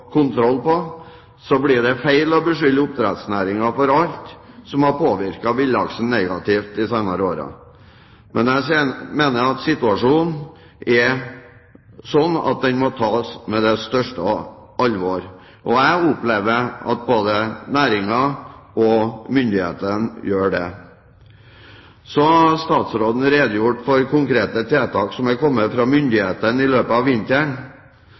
på, blir det feil å beskylde oppdrettsnæringen for alt som har påvirket villaksen negativt de senere årene. Men jeg mener at situasjonen er slik at den må tas på største alvor. Jeg opplever at både næringen og myndighetene gjør det. Så har statsråden redegjort for konkrete tiltak som er kommet fra myndighetene i løpet av vinteren.